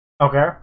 Okay